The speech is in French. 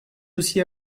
aussi